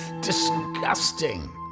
disgusting